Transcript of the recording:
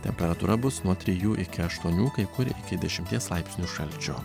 temperatūra bus nuo trijų iki aštuonių kai kur iki dešimties laipsnių šalčio